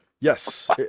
Yes